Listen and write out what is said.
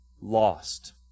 lost